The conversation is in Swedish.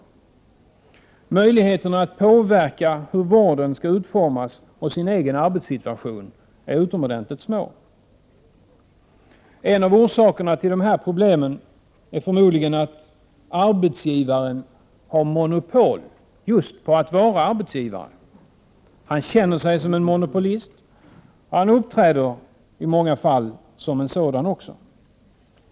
Vårdpersonalens möjligheter att påverka hur vården skall utformas och påverka den egna arbetssituationen är utomordentligt små. En av orsakerna till problemen är förmodligen att arbetsgivaren har monopol just på att vara arbetsgivare. Han känner sig som en monopolist, och han uppträder i många fall som en sådan.